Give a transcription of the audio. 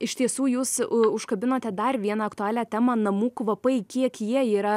iš tiesų jūs užkabinote dar vieną aktualią temą namų kvapai kiek jie yra